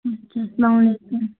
اَچھا سلامُ علیکُم